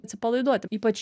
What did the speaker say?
atsipalaiduoti ypač